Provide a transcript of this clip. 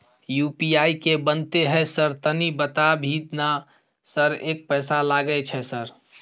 UPI की बनते है सर तनी बता भी ना सर एक पैसा लागे छै सर?